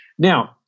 Now